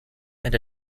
and